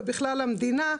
ובכלל המדינה,